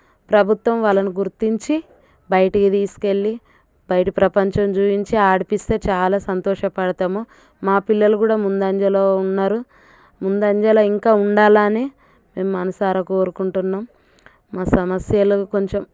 ప్రభుత్వం వాళ్ళను గుర్తించి బయటికి తీసుకెళ్ళి బయట ప్రపంచం చూపించి ఆడిపిస్తే చాలా సంతోషపడతాము మా పిల్లలు కూడా ముందంజలో ఉన్నారు ముందంజలో ఇంకా ఉండాలనే మేము మనసారా కోరుకుంటున్నాము మా సమస్యలు కొంచెం